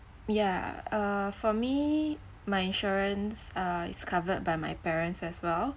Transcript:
yeah uh for me my insurances uh is covered by my parents as well